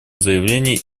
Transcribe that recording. заявление